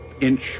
inch